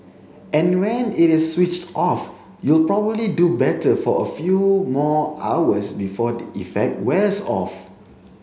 and when it is switched off you'll probably do better for a few more hours before the effect wears off